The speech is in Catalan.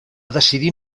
decidir